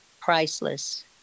priceless